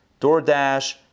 DoorDash